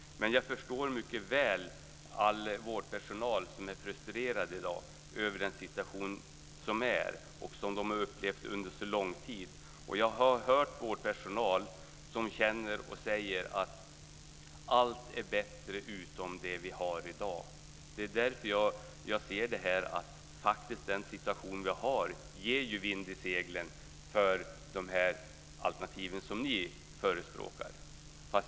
Jag förstår mycket väl all vårdpersonal som är frustrerad i dag över den situation som är och som de upplevt under en lång tid. Jag har hört vårdpersonal som säger att allt är bättre utom det vi har i dag. Därför säger jag att den situation som vi har ger vind i seglen för de alternativ som ni förespråkar.